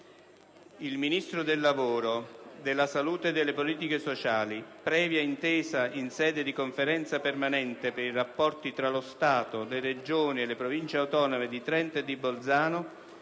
Il Ministro del lavoro, della salute e delle politiche sociali, previa intesa in sede di Conferenza permanente per i rapporti tra lo Stato, le regioni e le province autonome di Trento e di Bolzano,